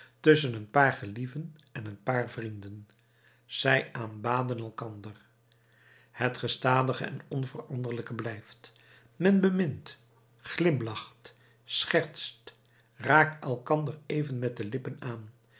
tusschen een paar gelieven en een paar vrienden zij aanbaden elkander het gestadige en onveranderlijke blijft men bemint glimlacht schertst raakt elkander even met de lippen aan